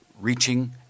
reaching